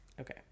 Okay